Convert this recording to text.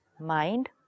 Mind